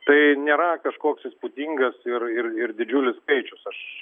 tai nėra kažkoks įspūdingas ir ir ir didžiulis skaičius aš